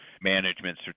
management